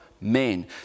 men